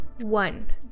one